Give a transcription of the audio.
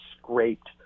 scraped